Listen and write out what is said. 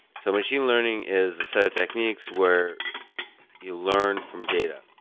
so machine learning is a set of techniques where you learn from data.